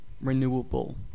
renewable